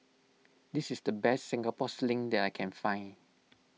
this is the best Singapore Sling that I can find